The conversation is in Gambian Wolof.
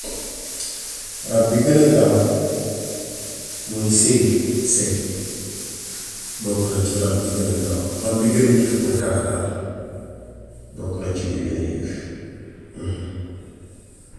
Rab bi gën a gaaw mooy segg segg. Bokk na ci rab bi gën gaaw. Rab bi gën a yeex mooy kàkkatar. Bokk na ci bi gën a yeex